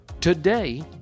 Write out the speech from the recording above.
Today